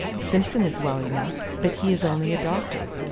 simson is well enough but he is only a doctor.